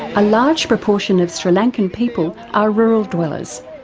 a large proportion of sri lankan people are rural dwellers.